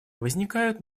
возникают